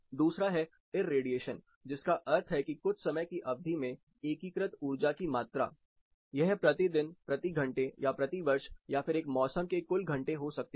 दूसरा है इरेडीएशन जिसका अर्थ है कि कुछ समय की अवधि मे एकीकृत ऊर्जा की मात्रा यह प्रति दिनप्रति घंटे या प्रति वर्ष या फिर एक मौसम के कुल घंटे हो सकती है